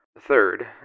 Third